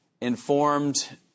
informed